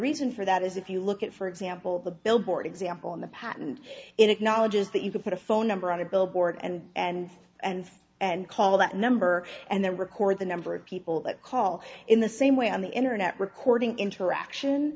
reason for that is if you look at for example the billboard example in the patent it acknowledges that you can put a phone number on a billboard and and and and call that number and then record the number of people that call in the same way on the internet recording interaction